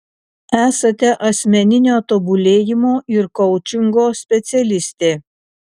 esate asmeninio tobulėjimo ir koučingo specialistė